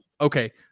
okay